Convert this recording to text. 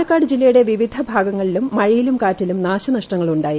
പാലക്കാട് ജില്ലയുടെ വിവിധ ഭാഗങ്ങളിലും മഴയിലും കാറ്റിലും നാശനഷ്ടങ്ങൾ ഉണ്ടായി